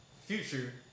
Future